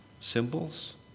symbols